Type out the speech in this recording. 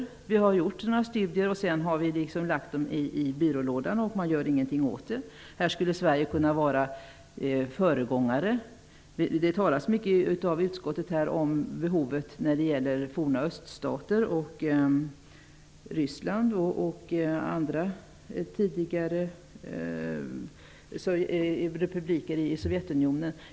Vi i Sverige har gjort några studier, som vi har lagt i byrålådan utan att göra något åt det. Sverige skulle kunna vara föregångare. Det talas mycket från utskottets sida om behovet när det gäller forna öststater, exempelvis Ryssland och andra tidigare republiker i Sovjetunionen.